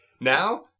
Now